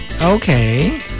Okay